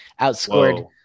outscored